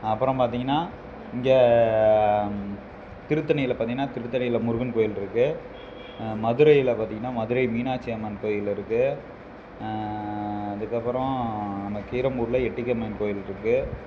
அப்புறம் பார்த்தீங்கன்னா இங்கே திருத்தணியில் பார்த்தீங்கன்னா திருத்தணியில் முருகன் கோவில் இருக்குது மதுரையில் பார்த்தீங்கன்னா மதுரை மீனாட்சி அம்மன் கோவில் இருக்குது அதுக்கப்புறம் நம்ம கீரம்பூரில் எட்டுக்கை அம்மன் கோவில் இருக்குது